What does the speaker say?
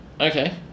okay